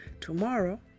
Tomorrow